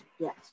Yes